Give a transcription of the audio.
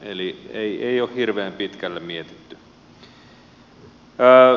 eli ei ole hirveän pitkälle mietitty